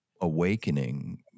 awakening